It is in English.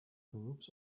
groups